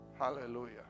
hallelujah